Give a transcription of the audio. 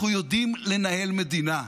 אנחנו יודעים לנהל מדינה.